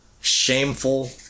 shameful